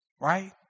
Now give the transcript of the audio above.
right